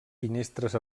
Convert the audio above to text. finestres